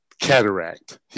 Cataract